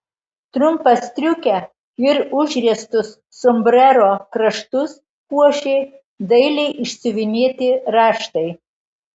trumpą striukę ir užriestus sombrero kraštus puošė dailiai išsiuvinėti raštai